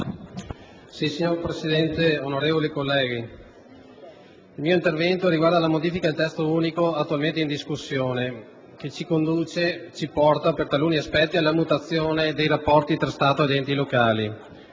Signor Presidente, onorevoli colleghi, il mio intervento sull'emendamento 6.733 riguarda la modifica del Testo unico attualmente in discussione, che ci conduce per taluni aspetti alla mutazione dei rapporti tra Stato ed enti locali,